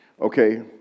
Okay